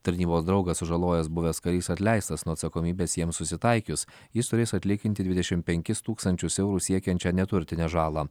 tarnybos draugą sužalojęs buvęs karys atleistas nuo atsakomybės jiems susitaikius jis turės atlyginti dvidešimt penkis tūkstančius eurų siekiančią neturtinę žalą